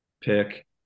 pick